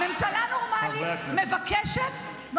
ממשלה נורמלית מבקשת, חברי הכנסת.